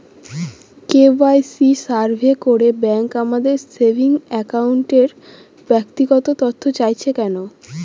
KYC survey করে bank আমাদের saving অ্যাকাউন্টের ব্যক্তিগত তথ্য চাইছে কেন?